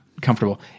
comfortable